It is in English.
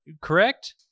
correct